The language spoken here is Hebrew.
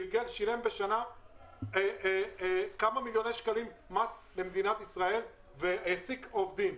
שילם בשנה כמה מיליוני שקלים מס למדינת ישראל והעסיק עובדים.